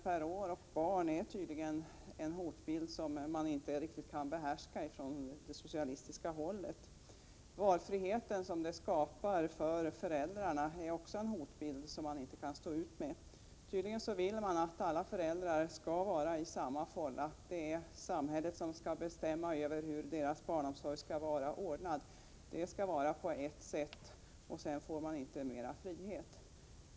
per år och barn är tydligen en hotbild som man inte riktigt kan stå ut med från det socialistiska hållet. Den valfrihet som skapas för föräldrarna är också en hotbild som man inte kan stå ut med. Tydligen vill man att alla föräldrar skall vara i samma fålla. Det är samhället som skall bestämma över hur deras barnomsorg skall vara ordnad. Det skall vara på ett sätt, och det skall inte finnas mer frihet.